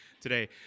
today